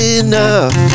enough